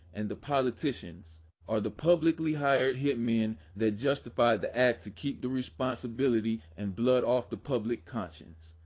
and the politicians are the publicly hired hit men that justify the act to keep the responsibility and blood off the public conscience.